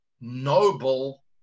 noble